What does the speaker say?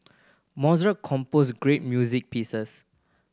Mozart composed great music pieces